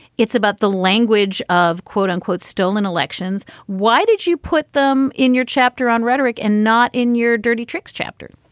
it's about the language of, quote, unquote, stolen elections. why did you put them in your chapter on rhetoric and not in your dirty tricks chapter?